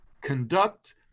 Conduct